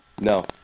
No